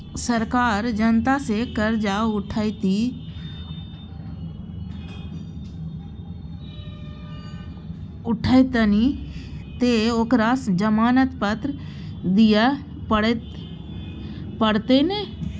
सरकार जनता सँ करजा उठेतनि तँ ओकरा जमानत पत्र दिअ पड़तै ने